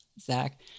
Zach